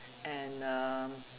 and uh